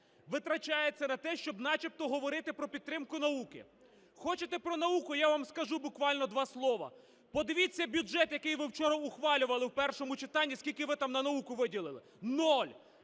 витрачається на те, щоб начебто говорити про підтримку науки. Хочете про науку - я вам скажу буквально два слова. Подивіться бюджет, який ви вчора ухвалювали в першому читанні, скільки ви там на науку виділили? Нуль!